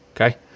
okay